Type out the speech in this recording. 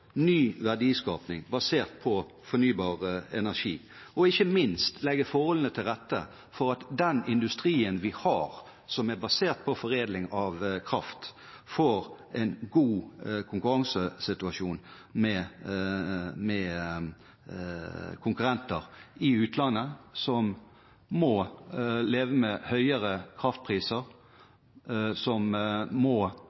ny verdiskaping basert på fornybar energi, og ikke minst legge forholdene til rette for at den industrien vi har, som er basert på foredling av kraft, får en god konkurransesituasjon i forhold til konkurrenter i utlandet som må leve med høyere kraftpriser og må